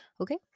okay